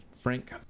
frank